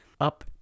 up